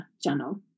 channel